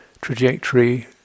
trajectory